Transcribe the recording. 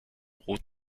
rot